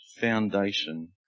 foundation